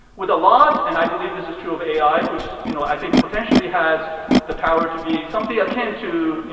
with a lot, and i believe this is true of ai, which you know i know potentially has the power to be something i came to,